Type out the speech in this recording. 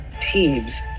teams